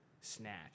Snatch